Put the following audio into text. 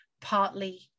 Partly